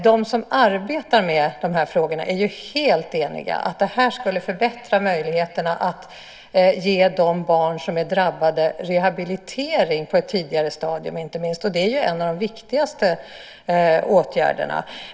De som arbetar med dessa frågor är helt eniga om att detta skulle förbättra möjligheterna att ge de drabbade barnen rehabilitering på ett tidigare stadium, vilket ju är en av de viktigaste åtgärderna.